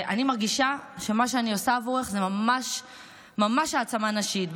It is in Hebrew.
אני מרגישה שמה שאני עושה עבורך זה ממש העצמה נשית.